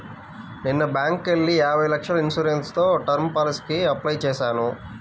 నిన్న బ్యేంకుకెళ్ళి యాభై లక్షల ఇన్సూరెన్స్ తో టర్మ్ పాలసీకి అప్లై చేశాను